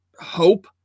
hope